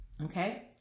okay